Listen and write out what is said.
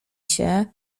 się